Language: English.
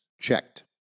checked